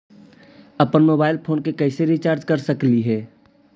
अप्पन mobile phone के कैसे रिचार्ज कर सकली हे?